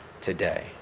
today